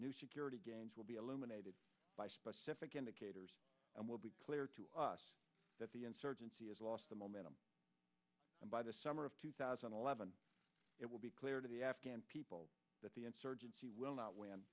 new security gains will be illuminated by specific indicators and will be clear to us that the insurgency has lost the momentum and by the summer of two thousand and eleven it will be clear to the afghan people that the insurgency will not win